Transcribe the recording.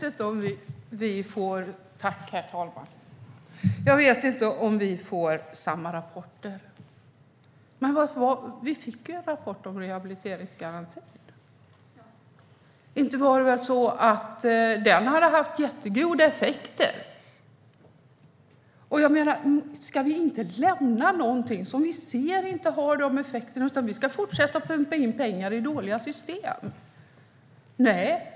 Herr talman! Jag vet inte om vi får samma rapporter, Lotta Finstorp. Men rapporten om rehabiliteringsgarantin visade att den inte har haft särskilt god effekt. Ska vi inte lämna något som inte ger god effekt utan fortsätta att pumpa in pengar i ett dåligt system?